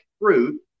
fruit